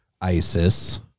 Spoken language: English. Isis